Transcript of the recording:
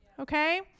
Okay